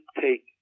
take